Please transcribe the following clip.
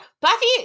Buffy